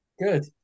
Good